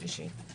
שלישית.